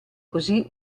così